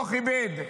לא כיבד,